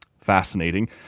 fascinating